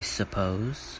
suppose